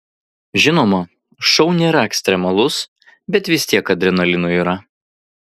žinoma šou nėra ekstremalus bet vis tiek adrenalino yra